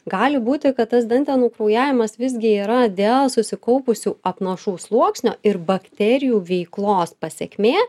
gali būti kad tas dantenų kraujavimas visgi yra dėl susikaupusių apnašų sluoksnio ir bakterijų veiklos pasekmė